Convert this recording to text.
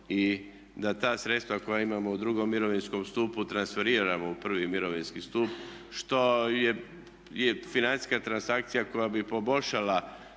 i da ta sredstva koja imamo u drugom mirovinskom stupu transferiramo u prvi mirovinski stup što je financijska transakcija koja bi poboljšala